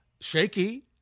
shaky